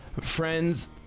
friends